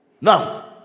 Now